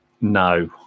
No